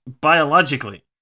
biologically